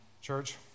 Church